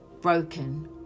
broken